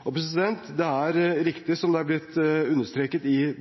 Det er riktig, som det er blitt understreket i